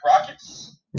Rockets